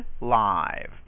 live